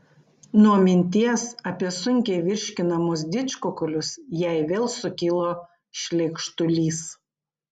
nuo minties apie sunkiai virškinamus didžkukulius jai vėl sukilo šleikštulys